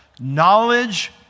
knowledge